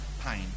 pain